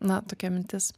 na tokia mintis